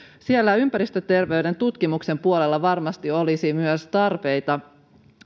siellä myös ympäristöterveyden tutkimuksen puolella varmasti olisi tarpeita